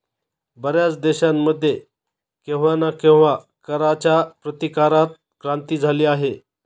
बर्याच देशांमध्ये केव्हा ना केव्हा कराच्या प्रतिकारात क्रांती झाली आहे